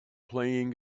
playing